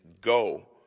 go